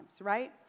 right